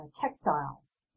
textiles